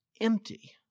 empty